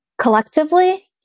Collectively